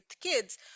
kids